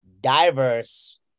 diverse